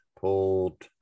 pulled